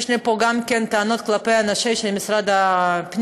יש לי פה גם טענות כלפי האנשים של משרד הפנים,